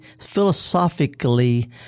philosophically